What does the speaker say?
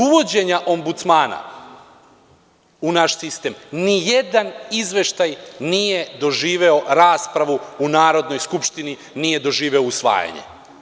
Od uvođenja Ombudsmana u naš sistem nijedan izveštaj nije doživeo raspravu u Narodnoj skupštini, nije doživeo usvajanje.